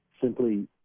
simply